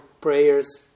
prayers